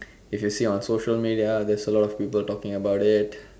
if you see on social media there's a lot of people talking about it